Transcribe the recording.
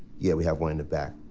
yeah, we have one in the back.